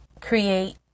create